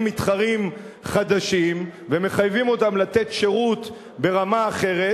מתחרים חדשים ומחייבים אותם לתת שירות ברמה אחרת,